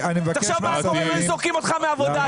תחשוב מה היה קורה אם היו זורקים אותך מהעבודה,